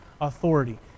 authority